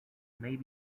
may